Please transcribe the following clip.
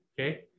Okay